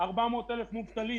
יישארו לנו 400,000 מובטלים.